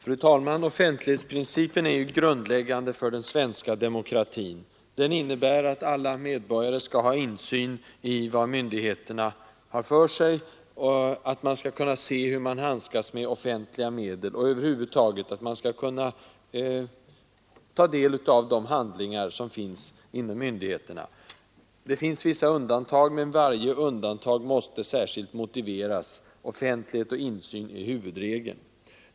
Fru talman! Offentlighetsprincipen är grundläggande för den svenska demokratin. Den innebär att alla medborgare skall ha insyn i vad myndigheterna har för sig, de skall kunna se hur myndigheterna handskas med offentliga medel och över huvud taget kunna ta del av de handlingar som finns inom myndigheterna. Det finns vissa undantag, men varje undantag måste särskilt motiveras; offentlighet och insyn är huvudregeln.